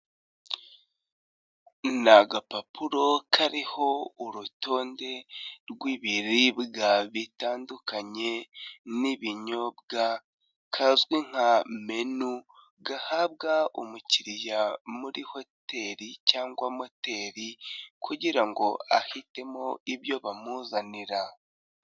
Ni agapapuro kariho urutonde rw'ibiribwa bitandukanye n'ibinyobwa kazwi nka menu gahabwa umukiriya muri hoteri cyangwa moteri kugira ngo ahitemo ibyo bamuzanira.